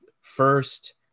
first